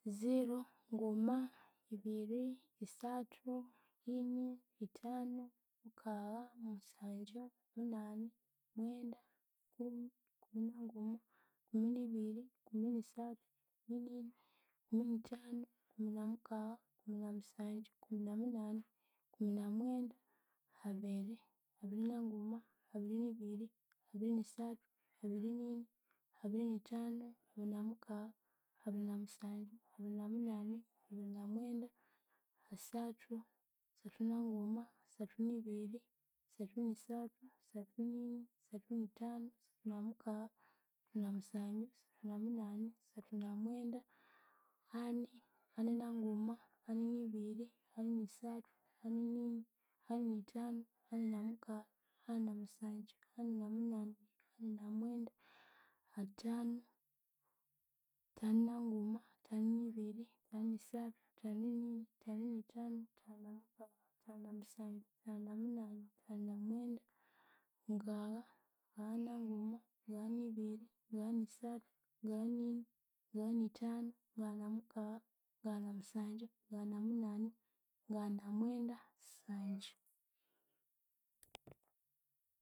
﻿Zero, nguma, ibiri, isathu, ini, ithanu, mukagha, musangyu, munani, mwenda, ikumi. Ikumi nanguma, ikumi nibiri, ikumi nisathu, ikumi nini, ikumi nithanu, ikumi namukagha, ikumi namusangyu, ikumi namunani, ikumi namwenda, abiri. Abiri nanguma, abiri nibiri, abiri nisathu, abiri nini, abiri nithanu, abiri namukagha, abiri namusangyu, abiri namunani, abiri namwenda, asathu. Sathu nanguma, asathu nibiri, asathu nisathu, asathu nini, asathu nithanu, asathu namukagha, asathu namusangyu, asathu namunani, asathu namwenda, ani. Ani nanguma, aninibiri, aninisathu, aninini, aninithanu, aninamukagha, aninamusangyu, aninamunani, aninamwenda, athanu. Thanu nanguma, thanu nibiri, thanu nisathu, thanu nini, thanu nithanu, thanu namukagha, thanu namusangyu, thanu na munani, thanu namwenda, ngagha. Ngagha nanguma, ngagha nibiri, ngagha nisathu, ngagha nini, ngagha nithanu, ngagha na mukagha, ngagha namusangyu, ngagha na munani, ngagha na mwenda, sangyu.